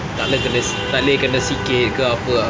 takleh kena takleh kena sikit ke apa ah